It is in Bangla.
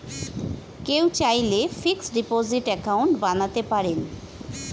কেউ চাইলে ফিক্সড ডিপোজিট অ্যাকাউন্ট বানাতে পারেন